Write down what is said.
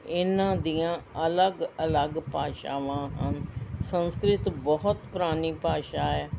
ਇਹਨਾਂ ਦੀਆਂ ਅਲੱਗ ਅਲੱਗ ਭਾਸ਼ਾਵਾਂ ਹਨ ਸੰਸਕ੍ਰਿਤ ਬਹੁਤ ਪੁਰਾਣੀ ਭਾਸ਼ਾ ਹੈ